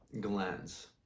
glands